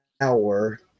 hour